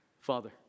Father